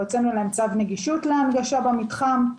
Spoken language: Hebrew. והוצאנו להם צו נגישות להנגשה במתחם.